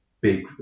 big